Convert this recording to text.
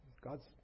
God's